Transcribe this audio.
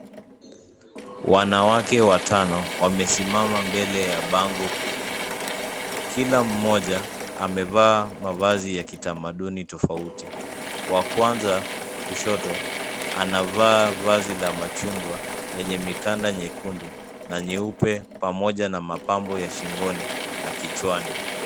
Wanawake watano wamesimama mbele ya bango kubwa. Kila mmoja, amevaa mavazi ya kitamaduni tofauti. Wa kwanza, kushoto, anavaa vazi la machungwa, lenye mikanda nyekundu, na nyeupe, pamoja na mapambo ya shingoni, na kichwani.